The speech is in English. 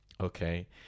okay